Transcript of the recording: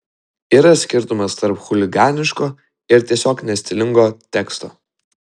yra skirtumas tarp chuliganiško ir tiesiog nestilingo teksto